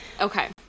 okay